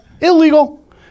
illegal